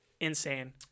Insane